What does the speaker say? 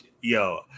yo